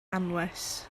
anwes